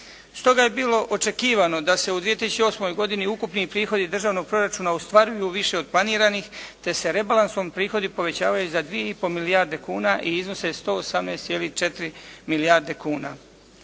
Stoga je bilo očekivano da se u 2008. godini ukupni prihodi državnog proračuna ostvaruju više od planiranih te se rebalansom prihodi povećavaju za 2,5 milijarde kuna i iznose 118,4 milijarde kuna.